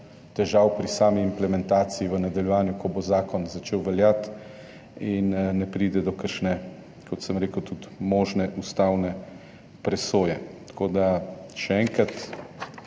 težav pri sami implementaciji v nadaljevanju, ko bo zakon začel veljati, in ne pride do kakšne, kot sem rekel, možne ustavne presoje. Še enkrat,